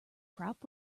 crop